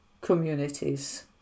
communities